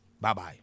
Bye-bye